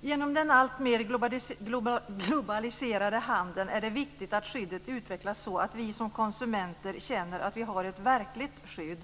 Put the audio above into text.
På grund av den alltmer globaliserade handeln är det viktigt att skyddet utvecklas så att vi som konsumenter känner att vi har ett verkligt skydd.